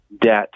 debt